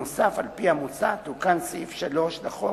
נוסף על כך, על-פי המוצע, תוקן סעיף 3 לחוק